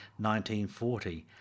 1940